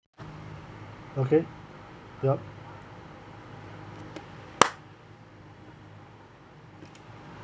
okay yup